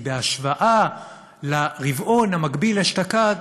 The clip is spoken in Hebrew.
כי בהשוואה לרבעון המקביל אשתקד,